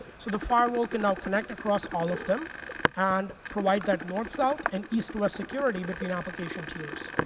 so the firewall can now connect across all of them and provide that north-south and east-west security between application tiers.